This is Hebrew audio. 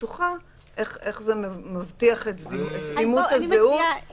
הבטוחה ואיך זה מבטיח את אימות הזהות.